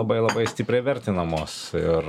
labai labai stipriai vertinamos ir